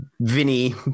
Vinny